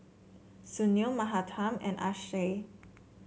Sunil Mahatma and Akshay